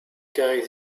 carry